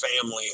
family